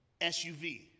SUV